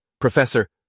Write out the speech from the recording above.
Professor